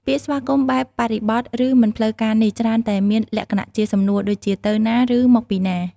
ពាក្យស្វាគមន៍បែបបរិបទឬមិនផ្លូវការនេះច្រើនតែមានលក្ខណៈជាសំណួរដូចជា “ទៅណា?” ឬ “មកពីណា?”។